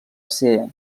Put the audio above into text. ser